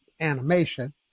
animation